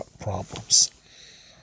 problems